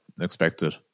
expected